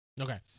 Okay